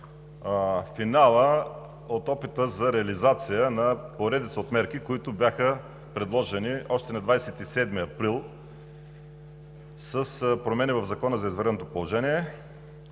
от опита за реализация на поредица от мерки, които бяха предложени още на 27 април с промени в Закона за извънредното положение.